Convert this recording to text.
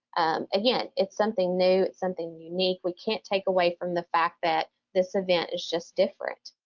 again, it's something new, something unique. we can't take away from the fact that this event is just different,